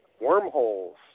wormholes